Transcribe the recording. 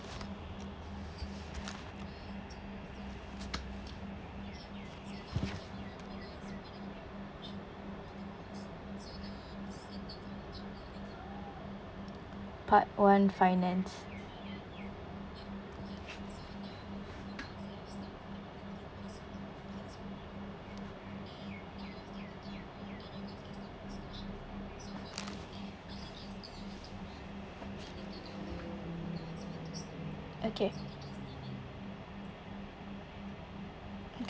part one finance okay